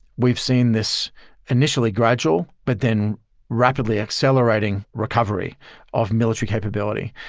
we've seen this initially gradual but then rapidly accelerating recovery of military capability.